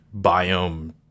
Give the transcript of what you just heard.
biome